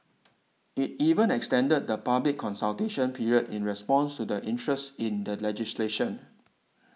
it even extended the public consultation period in response to the interest in the legislation